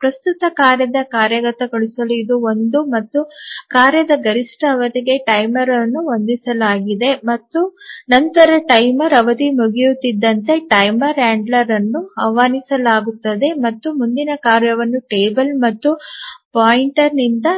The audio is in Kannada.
ಪ್ರಸ್ತುತ ಕಾರ್ಯದ ಕಾರ್ಯಗತಗೊಳಿಸಲು ಇದು ಒಂದು ಮತ್ತು ಕಾರ್ಯದ ಗರಿಷ್ಠ ಅವಧಿಗೆ ಟೈಮರ್ ಅನ್ನು ಹೊಂದಿಸಲಾಗಿದೆ ಮತ್ತು ನಂತರ ಟೈಮರ್ ಅವಧಿ ಮುಗಿಯುತ್ತಿದ್ದಂತೆ ಟೈಮರ್ ಹ್ಯಾಂಡ್ಲರ್ ಅನ್ನು ಆಹ್ವಾನಿಸಲಾಗುತ್ತದೆ ಮತ್ತು ಮುಂದಿನ ಕಾರ್ಯವನ್ನು ಟೇಬಲ್ ಮತ್ತು ಪಾಯಿಂಟರ್ನಿಂದ